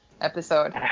episode